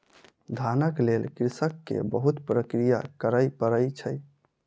धानक लेल कृषक के बहुत प्रक्रिया करय पड़ै छै